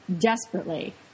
desperately